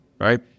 Right